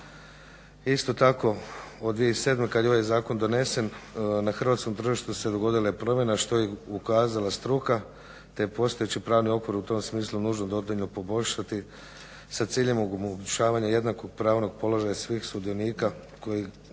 Isto tako od 2007.kada je ovaj zakon donesen na hrvatskom tržištu se dogodila promjena što je ukazala struka te postojeći pravni okvir u tom smislu nužno … poboljšati sa ciljem omogućavanja jednakog pravnog položaja svih sudionika koji